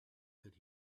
could